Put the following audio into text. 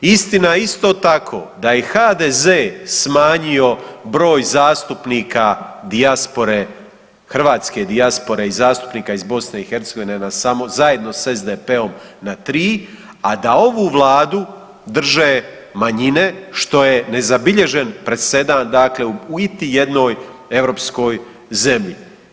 I istina je isto tako da je HDZ smanjio broj zastupnika dijaspore, hrvatske dijaspore i zastupnika iz BiH na samo, zajedno s SDP-om na 3, a da ovu Vladu drže manjine što je nezabilježen presedan dakle u iti jednoj europskoj zemlji.